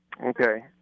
Okay